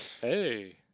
Hey